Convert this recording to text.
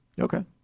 Okay